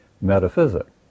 metaphysics